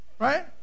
right